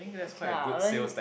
okay lah honestly